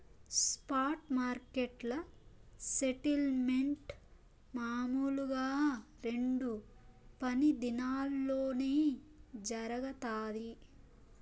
spot మార్కెట్ల settlement మామూలుగా రెండు పని దినాల్లోనే జరగతాది